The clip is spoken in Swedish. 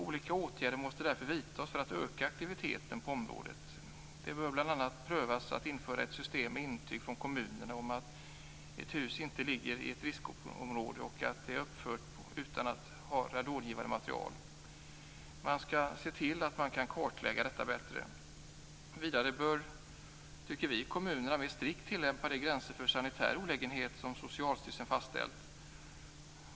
Olika åtgärder måste vidtas för att öka aktiviteten på området. Man bör bl.a. pröva införande av ett system med intyg från kommunen om att ett hus inte ligger i ett riskområde och att det har uppförts utan radongivande material. Man skall se till att man kan kartlägga detta bättre. Vidare bör enligt vår mening kommunerna mer strikt tillämpa de gränser för sanitär olägenhet som Socialstyrelsen fastställt.